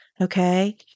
Okay